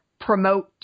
promote